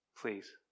Please